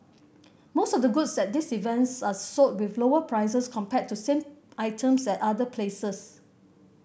most of the goods at these events are sold with lower prices compared to same items at other places